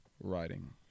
writing